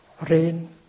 rain